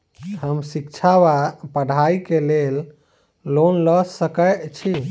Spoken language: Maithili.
हम शिक्षा वा पढ़ाई केँ लेल लोन लऽ सकै छी?